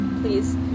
please